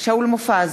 שאול מופז,